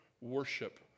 worship